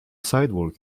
sidewalk